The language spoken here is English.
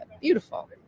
beautiful